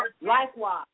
likewise